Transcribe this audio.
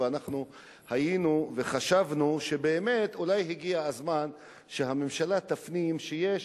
ואנחנו היינו וחשבנו שאולי באמת הגיע הזמן שהממשלה תפנים שיש